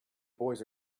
boys